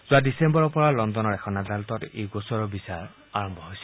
যোৱা ডিচেম্বৰৰ পৰা লণ্ডনৰ এখন আদালতত এই গোচৰৰ বিচাৰ আৰম্ভ হৈছিল